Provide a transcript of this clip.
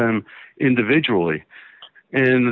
them individually and